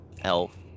elf